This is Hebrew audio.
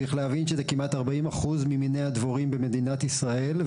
צריך להבין שזה כמעט ארבעים אחוז ממיני הדבורים במדינת ישראל,